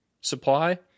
Supply